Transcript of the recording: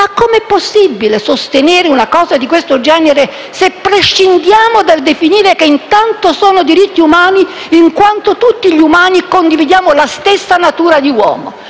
Ma com'è possibile sostenere una cosa di questo genere se prescindiamo dal definire che intanto sono diritti umani in quanto tutti noi umani condividiamo la stessa natura di uomo?